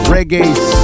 Reggae